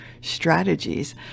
strategies